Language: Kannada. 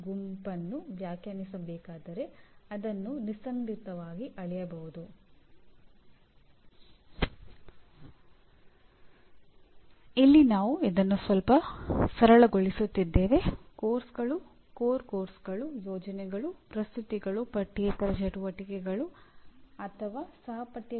ಭಾರತದ ರಾಷ್ಟ್ರೀಯ ಮಾನ್ಯತಾ ಮಂಡಳಿಯು 90ರ ದಶಕದ ಮಧ್ಯಭಾಗದಿಂದಲೂ ಮಾನ್ಯತೆ ಪಡೆಯುತ್ತಿದೆ ಆದರೆ ಅವರು ವಿಭಿನ್ನ ಪ್ರಕ್ರಿಯೆಯನ್ನು ಅನುಸರಿಸುತ್ತಿದ್ಧರು